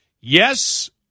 Yes